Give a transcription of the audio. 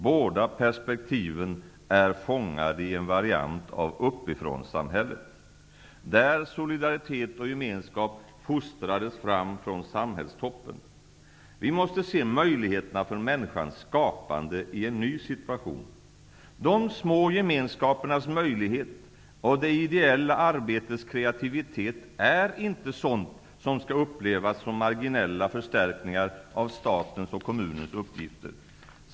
Båda perspektiven är fångade i en variant av uppifrånsamhället, där solidaritet och gemenskap fostrades fram från samhällstoppen. Vi måste se möjligheterna för människans skapande i en ny situation. De små gmenskapernas möjlighet och det ideella arbetets kreativitet är inte sådant som skall upplevas som marginella förstärkningar av statens och kommunens uppgifter.